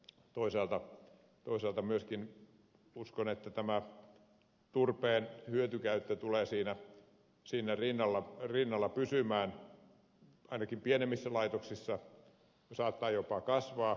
toisaalta myöskin uskon että tämä turpeen hyötykäyttö tulee siinä rinnalla pysymään ainakin pienemmissä laitoksissa saattaa jopa kasvaa